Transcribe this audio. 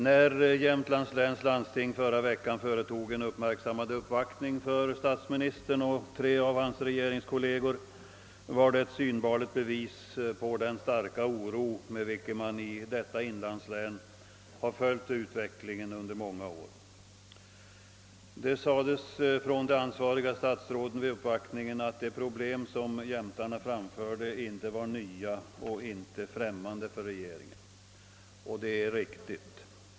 När Jämtlands läns landsting förra veckan företog en uppmärksammad uppvaktning hos statsministern och tre av hans regeringskolleger var det ett synbart bevis på den starka oro med vilken man i detta inlandslän har följt utvecklingen under många år. De ansvariga statsråden sade vid uppvaktningen, att de problem som jämtarna framförde inte var nya och främmande för regeringen, och det är riktigt.